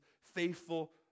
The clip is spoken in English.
faithful